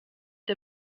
der